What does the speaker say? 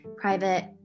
private